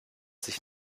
sich